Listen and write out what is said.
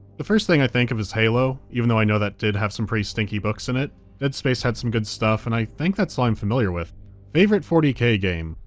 the first thing i think of is halo, even though i know that did have some pretty stinky books in it. dead space had some good stuff, and i think that's all i'm familiar with. aethersmite favorite forty k game?